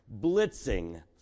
blitzing